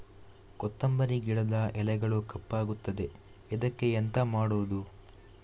ಕೊತ್ತಂಬರಿ ಗಿಡದ ಎಲೆಗಳು ಕಪ್ಪಗುತ್ತದೆ, ಇದಕ್ಕೆ ಎಂತ ಮಾಡೋದು?